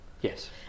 yes